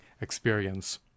experience